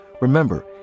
Remember